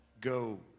Go